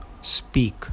speak